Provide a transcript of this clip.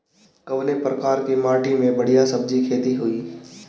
कवने प्रकार की माटी में बढ़िया सब्जी खेती हुई?